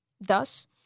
Thus